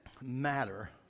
matter